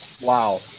Wow